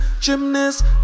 gymnast